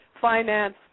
finance